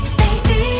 baby